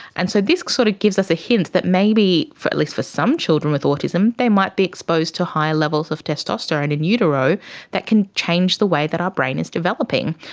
and so this sort of gives us a hint that maybe at least for some children with autism they might be exposed to higher levels of testosterone in utero that can change the way that our brain is developing.